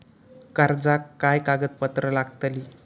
कर्जाक काय कागदपत्र लागतली?